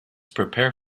prepare